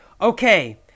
okay